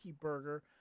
burger